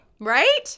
Right